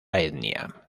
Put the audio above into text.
etnia